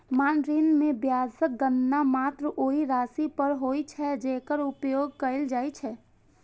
मांग ऋण मे ब्याजक गणना मात्र ओइ राशि पर होइ छै, जेकर उपयोग कैल जाइ छै